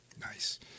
Nice